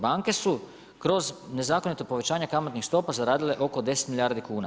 Banke su kroz nezakonito povećanje kamatnih stopa zaradile oko 10 milijardi kuna.